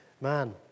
man